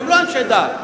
שהם לא אנשי דת.